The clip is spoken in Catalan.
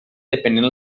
depenent